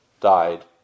died